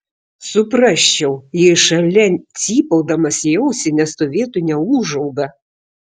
suprasčiau jei šalia cypaudamas į ausį nestovėtų neūžauga